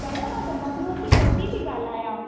दादा मां झमटमल जी पोटी थी ॻाल्हायां